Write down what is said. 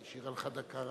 היא השאירה לך דקה,